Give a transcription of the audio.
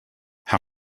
how